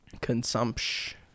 consumption